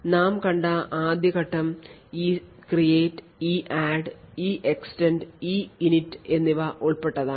നാം കണ്ട ആദ്യ ഘട്ടം ECREATE EADD EEXTEND EINIT എന്നിവ ഉൾപ്പെട്ടതാണ്